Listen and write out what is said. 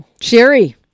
Sherry